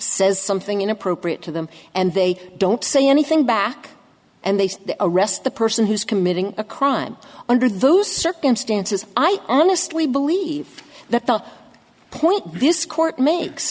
says something inappropriate to them and they don't say anything back and they arrest the person who's committing a crime under those circumstances i honestly believe that the point this court makes